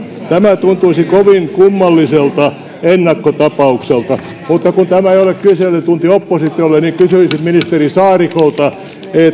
tämä tuntuisi kovin kummalliselta ennakkotapaukselta mutta kun tämä ei ole kyselytunti oppositiolle niin kysyisin ministeri saarikolta